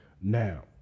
Now